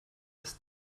dass